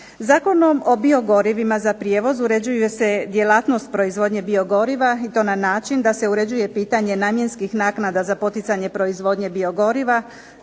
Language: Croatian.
Zakonom o biogorivima za prijevoz uređuje se djelatnost proizvodnje biogoriva i to na način da se uređuje pitanje namjenskih naknada za poticanje proizvodnje biogoriva,